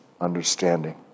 understanding